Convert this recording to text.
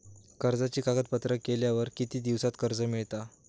कर्जाचे कागदपत्र केल्यावर किती दिवसात कर्ज मिळता?